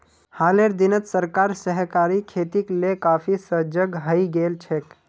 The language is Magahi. हालेर दिनत सरकार सहकारी खेतीक ले काफी सजग हइ गेल छेक